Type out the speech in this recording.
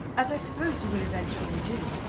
as i suppose you will eventually do.